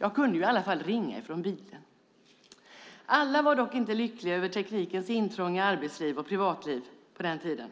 Jag kunde ju i alla fall ringa från bilen. Alla var dock inte lyckliga över teknikens intrång i arbetsliv och privatliv på den tiden.